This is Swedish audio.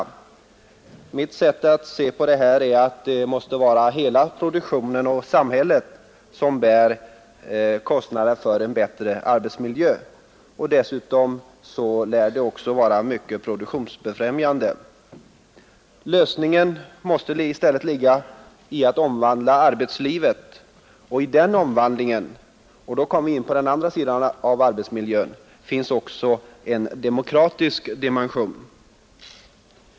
Enligt mitt sätt att se måste det vara hela produktionen och samhället som skall bära kostnaderna för en bättre arbetsmiljö. Dessutom lär en bättre arbetsmiljö vara mycket produktionsbefrämjande. Lösningen måste ligga i att omvandla arbetslivet, och i den omvandlingen — och då kommer vi in på den andra sidan av arbetsmiljön — finns också en demokratisk dimension.